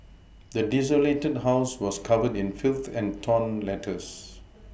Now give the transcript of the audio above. the desolated house was covered in filth and torn letters